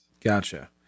Gotcha